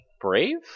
Brave